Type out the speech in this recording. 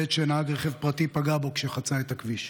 בעת שנהג רכב פרטי פגע בו כשחצה את הכביש.